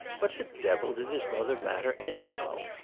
what the devil did his mother matter, anyhow?